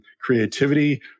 creativity